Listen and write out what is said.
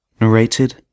Narrated